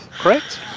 correct